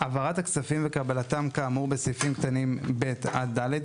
"העברת הכספים וקבלתם כאמור בסעיפים קטנים (ב) עד (ד)